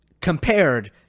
compared